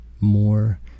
more